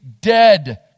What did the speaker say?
dead